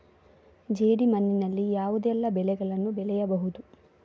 ಜೇಡಿ ಮಣ್ಣಿನಲ್ಲಿ ಯಾವುದೆಲ್ಲ ಬೆಳೆಗಳನ್ನು ಬೆಳೆಯಬಹುದು?